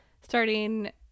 starting